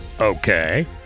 Okay